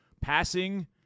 passing